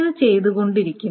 അത് ചെയ്തുകൊണ്ടിരിക്കുന്നു